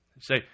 Say